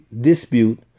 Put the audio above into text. dispute